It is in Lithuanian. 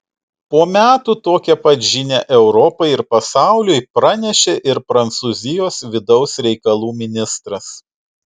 po metų tokią pat žinią europai ir pasauliui pranešė ir prancūzijos vidaus reikalų ministras